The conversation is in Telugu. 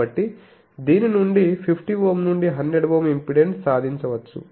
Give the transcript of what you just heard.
కాబట్టి దీని నుండి 50 Ω నుండి 100 Ω ఇంపెడెన్స్ సాధించవచ్చు